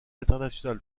international